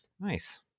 nice